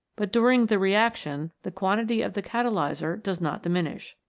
but during the reaction the quantity of the catalyser does not diminish.